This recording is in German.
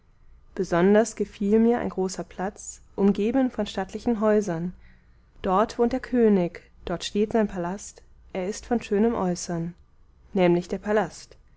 besonders gefiel mir ein großer platz umgeben von stattlichen häusern dort wohnt der könig dort steht sein palast er ist von schönem äußern nämlich der